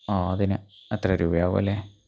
ആ അതിന് അത്ര രൂപയാകും അല്ലേ